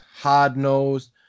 hard-nosed